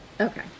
Okay